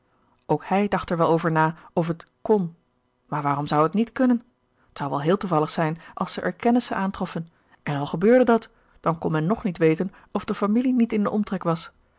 ook hij dacht er wel over na of het kon maar waarom zou het niet kunnen t zou wel heel toevallig zijn als zij er kennissen aantroffen en al gebeurde dat dan kon men nog niet weten of de familie niet in den omtrek was